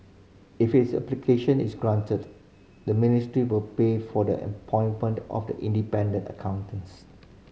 if its application is granted the ministry will pay for the appointment of the independent accountants